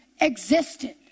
existed